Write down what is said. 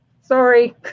sorry